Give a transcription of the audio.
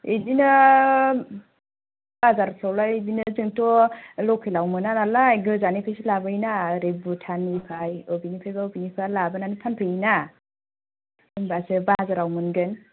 बिदिनो बाजारफ्रावलाय इदिनो जोंथ' लकेलाव मोना नालाय गोजाननिफ्रायसो लाबोयो ना ओरै भुटाननिफ्राय अबेनिफ्रायबा अबेनिफ्रायबा लाबोना फानफैयोना होमबासो बाजाराव मोनगोन